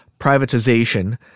privatization